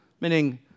Meaning